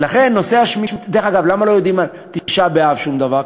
דרך אגב, למה לא יודעים על תשעה באב שום דבר?